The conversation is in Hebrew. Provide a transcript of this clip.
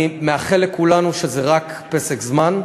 אני מאחל לכולנו שזה רק פסק זמן,